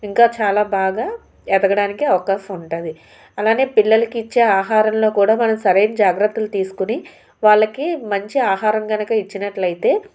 ఇంకా చాలా బాగా ఎదగడానికి అవకాశం ఉంటుంది అలానే పిల్లలకు ఇచ్చే ఆహారంలో కూడా వాళ్ళకు సరైన జాగ్రత్తలు తీసుకుని వాళ్ళకి మంచి ఆహారం కనుక ఇచ్చినట్లయితే